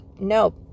no